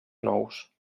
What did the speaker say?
nous